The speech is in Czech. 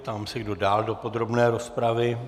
Ptám se, kdo dál do podrobné rozpravy.